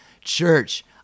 church